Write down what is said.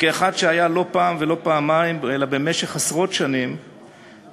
כאחד שהיה לא פעם ולא פעמיים אלא במשך עשרות שנים מבוקר